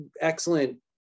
excellent